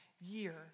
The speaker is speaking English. year